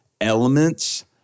elements